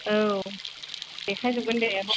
औ देखायजोबगोन दे आब'